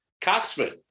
coxman